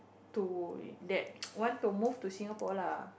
to that want to move to Singapore lah